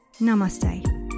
namaste